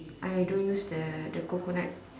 I don't use the the coconut